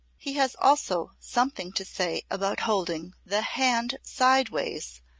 he has also something to say about holding the hand sideways,